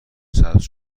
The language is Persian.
سبز